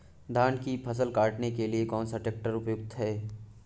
धान की फसल काटने के लिए कौन सा ट्रैक्टर उपयुक्त है?